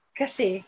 kasi